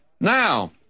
Now